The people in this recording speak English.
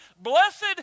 blessed